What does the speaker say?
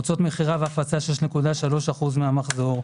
הוצאות מכירה והפצה 6.3% מן המחזור.